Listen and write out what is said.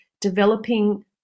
developing